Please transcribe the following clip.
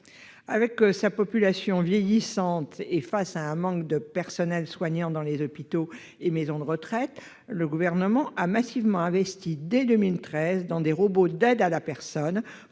de la population et à un manque de personnel soignant dans les hôpitaux et les maisons de retraite, le gouvernement japonais a massivement investi, dès 2013, dans des robots d'aide à la personne